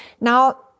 Now